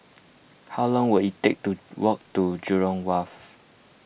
how long will it take to walk to Jurong Wharf